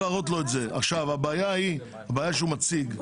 לגבי הבעיה שהחשב מציג.